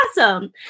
awesome